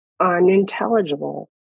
unintelligible